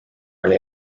oli